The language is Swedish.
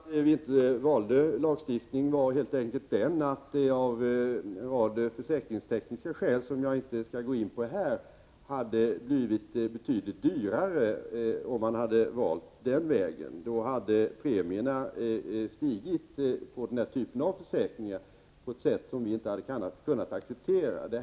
Herr talman! Att vi inte valde lagstiftningsvägen berodde helt enkelt på att det av en rad försäkringstekniska skäl, som jag inte skall gå in på här, hade blivit betydligt dyrare. Då hade premierna på den här typen av försäkringar stigit på ett sätt som vi inte hade kunnat acceptera.